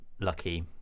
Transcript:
lucky